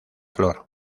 flor